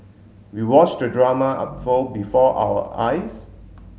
we watched the drama unfold before our eyes